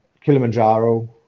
kilimanjaro